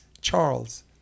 Charles